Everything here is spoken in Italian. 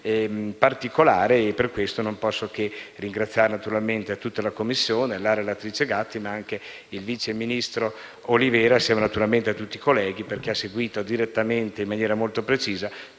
particolare e per questo non posso che ringraziare tutta la Commissione, la relatrice Gatti e il vice ministro Olivero, assieme a tutti i colleghi, perché ha seguito direttamente e in maniera molto precisa